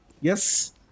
yes